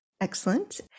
Excellent